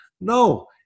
no